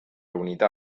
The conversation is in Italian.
unità